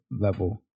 level